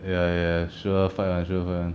ya ya sure fine [one] sure fine [one]